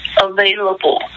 available